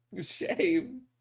Shame